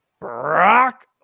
brock